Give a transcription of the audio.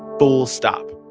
full stop.